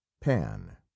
pan